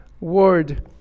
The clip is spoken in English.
word